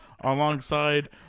alongside